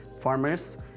Farmers